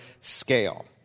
scale